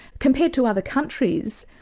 compared to other countries,